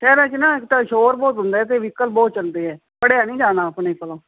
ਸ਼ਹਿਰਾਂ 'ਚ ਨਾ ਇੱਕ ਤਾਂ ਸ਼ੋਰ ਬਹੁਤ ਹੁੰਦਾ ਹੈ ਅਤੇ ਵਹੀਕਲ ਬਹੁਤ ਚਲਦੇ ਹੈ ਪੜ੍ਹਿਆ ਨਹੀਂ ਜਾਣਾ ਆਪਣੇ ਕੋਲੋਂ